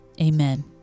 Amen